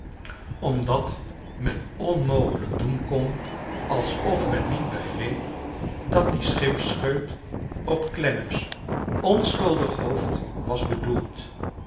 dat men onmogelijk doen kon alsof men niet begreep dat die schimpscheut op clennanrs onsohuldig hoofd was bedoeld